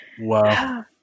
Wow